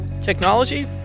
technology